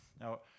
Now